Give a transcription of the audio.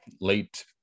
late